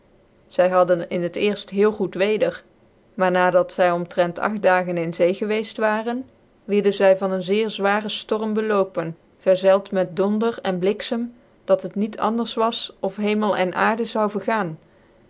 zy hadden in het cerft heel goed weder maar na dat zy omtrent acht dagen in zee gewceft waren wier den zy van een zeer zware ftorm bcloopcn vcrzcld met donder en blixcm dat het niet anders was of hemel en aarde zou vergaan